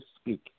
speak